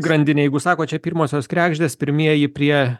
grandinė jeigu sako čia pirmosios kregždės pirmieji prie